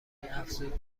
افزود